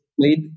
played